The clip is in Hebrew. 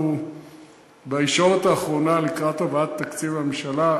אנחנו בישורת האחרונה לקראת הבאת תקציב הממשלה.